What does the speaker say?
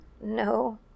No